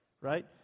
right